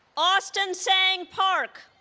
austin sang park